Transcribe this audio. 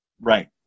Right